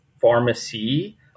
pharmacy